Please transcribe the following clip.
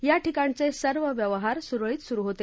या ठिकाणचे सर्व व्यवहार सुरळीत सुरु आहेत